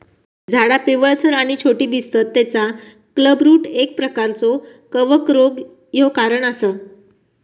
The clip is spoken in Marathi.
झाडा पिवळसर आणि छोटी दिसतत तेचा क्लबरूट एक प्रकारचो कवक रोग ह्यो कारण असा